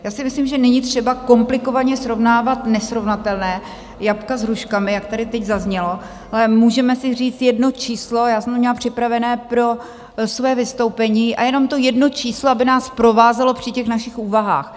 Já si myslím, že není třeba komplikovaně srovnávat nesrovnatelné, jablka s hruškami, jak tady teď zaznělo, ale můžeme si říct jedno číslo, já jsem to měla připravené pro své vystoupení, a jenom to jedno číslo, aby nás provázelo při těch našich úvahách.